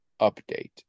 update